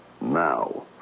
now